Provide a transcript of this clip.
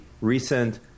recent